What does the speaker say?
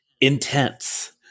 intense